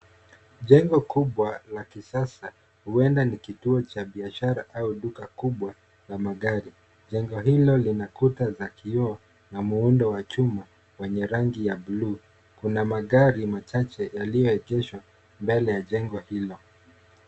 Jengo kubwa la kisasa huenda ni kituo cha biashara au duka kubwa la magari. Jengo hilo lina kuta za kioo na muundo wa chuma wenye rangi ya bulu. Kuna magari machache yaliyoekezwa mbele ya jengo hilo .